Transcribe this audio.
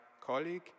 colleague